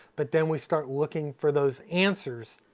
but then we start looking for those answers,